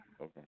Okay